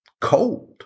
cold